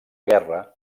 guerra